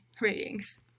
ratings